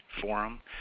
forum